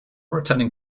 returning